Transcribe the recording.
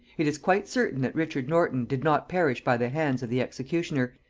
it is quite certain that richard norton did not perish by the hands of the executioner,